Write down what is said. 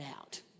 out